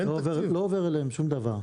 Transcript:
לא עובר אליהם שום דבר,